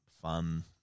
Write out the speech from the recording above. fun